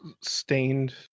stained